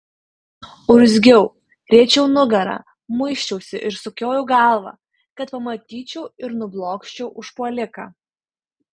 urzgiau riečiau nugarą muisčiausi ir sukiojau galvą kad pamatyčiau ir nublokščiau užpuoliką